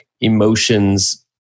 emotions